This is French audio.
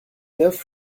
neuf